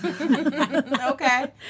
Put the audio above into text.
okay